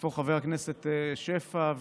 איפה חבר הכנסת שפע?